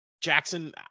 Jackson